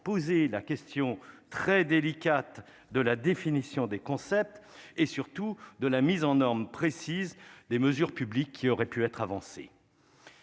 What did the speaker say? posé la question très délicate de la définition des concepts et surtout de la mise en norme précise les mesures publiques qui aurait pu être avancé.